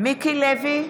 מיקי לוי,